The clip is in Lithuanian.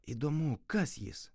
įdomu kas jis